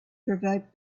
provoked